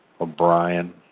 O'Brien